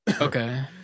Okay